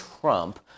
Trump